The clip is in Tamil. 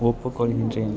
ஒப்புக்கொள்கிறேன்